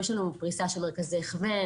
יש לנו פריסה של מרכזי הכוון,